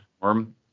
form